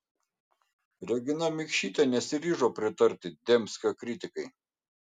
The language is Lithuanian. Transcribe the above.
regina mikšytė nesiryžo pritarti dembskio kritikai